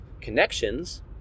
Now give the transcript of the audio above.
connections